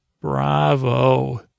Bravo